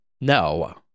no